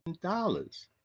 dollars